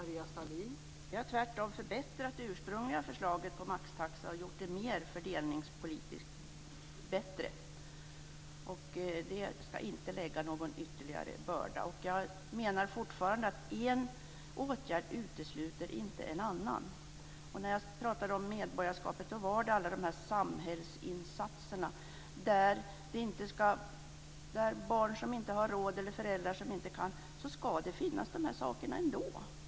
Fru talman! Vi har tvärtom förbättrat det ursprungliga förslaget om maxtaxa och gjort det fördelningspolitiskt bättre. Det ska inte lägga någon ytterligare börda på familjerna. Jag menar fortfarande att en åtgärd inte utesluter en annan. När jag pratade om medborgarskapet avsåg jag alla samhällsinsater där barn som inte har råd eller föräldrar som inte kan ska kunna få de här sakerna ändå.